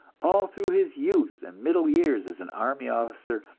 all through his youth and middle years, as an army officer,